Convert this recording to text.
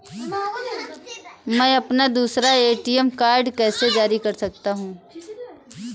मैं अपना दूसरा ए.टी.एम कार्ड कैसे जारी कर सकता हूँ?